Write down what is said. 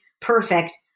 perfect